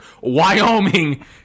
Wyoming